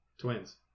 Twins